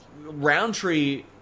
Roundtree